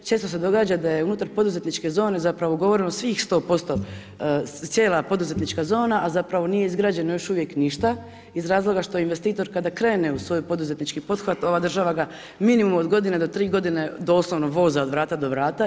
Često se događa da je unutar poduzetničke zone, zapravo ugovoreno svih 100%, cijela poduzetnička zona, a zapravo nije izgrađeno još uvijek ništa, iz razloga što investitor kada krene u svoj poduzetnički pothvat, ova država ga minimum od godine do 3 g. doslovno voza od vrata do vrata.